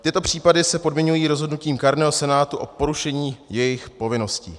Tyto případy se podmiňují rozhodnutím kárného senátu o porušení jejich povinnosti.